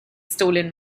stolen